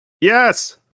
Yes